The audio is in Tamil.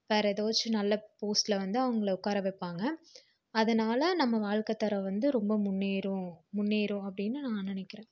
வேறு ஏதாச்சும் நல்ல போஸ்ட்டில் வந்து அவங்கள உட்கார வைப்பாங்க அதனால் நம்ம வாழ்க்கத்தரம் வந்து ரொம்ப முன்னேறும் முன்னேறும் அப்படின்னு நான் நினைக்கிறேன்